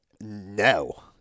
no